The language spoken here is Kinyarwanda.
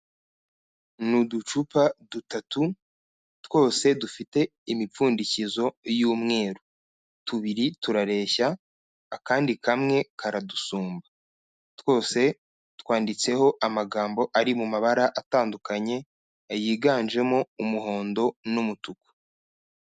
Ni uducupa dutatu twose dufite imipfundikizo y'umweru, tubiri turareshya akandi kamwe karadusumba, twose twanditseho amagambo ari mu mabara atandukanye yiganjemo umuhondo n'umutuku.